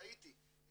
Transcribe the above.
טעיתי,